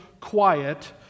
quiet